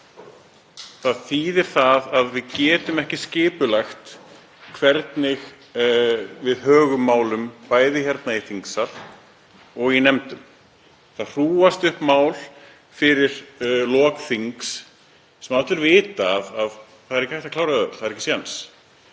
Það þýðir að við getum ekki skipulagt hvernig við högum málum, bæði hér í þingsal og í nefndum. Það hrúgast upp mál fyrir lok þings sem allir vita að er ekki hægt að klára, það er bara ekki séns.